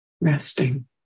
resting